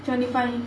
seventy five